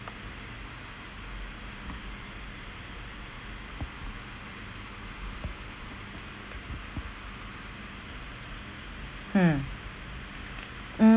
hmm mm